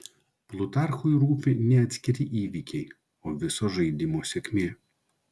plutarchui rūpi ne atskiri įvykiai o viso žaidimo sėkmė